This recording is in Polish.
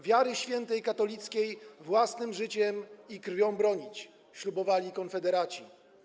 Wiary świętej katolickiej własnym życiem i krwią bronić” - ślubowali konfederaci.